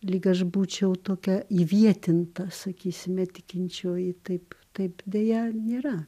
lyg aš būčiau tokia įvietinta sakysime tikinčioji taip taip deja nėra